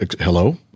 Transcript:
Hello